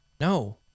No